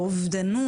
או אובדנות,